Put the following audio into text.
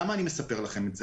למה אני מספר לכם את זה.